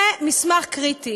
זה מסמך קריטי